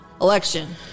election